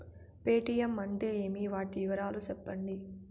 Paytm అంటే ఏమి, వాటి వివరాలు సెప్పండి?